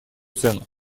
цену